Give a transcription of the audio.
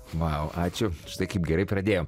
vau ačiū šai kaip gerai pradėjom